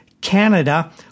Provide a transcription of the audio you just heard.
Canada